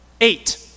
eight